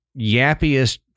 yappiest